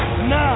Now